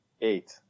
Eight